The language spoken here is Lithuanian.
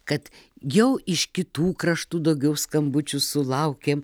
kad jau iš kitų kraštų daugiau skambučių sulaukėm